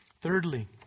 Thirdly